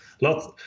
lots